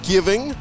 Giving